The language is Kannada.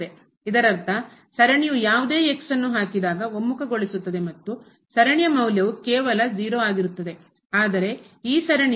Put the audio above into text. ಇದರರ್ಥ ಸರಣಿಯು ಯಾವುದೇ ಹಾಕಿದಾಗ ಒಮ್ಮುಖಗೊಳಿಸುತ್ತದೆ ಮತ್ತು ಸರಣಿಯ ಮೌಲ್ಯವು ಕೇವಲ 0 ಆಗಿರುತ್ತದೆ